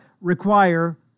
require